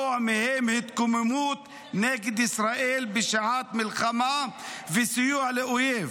מהם התקוממות נגד ישראל בשעת מלחמה וסיוע לאויב,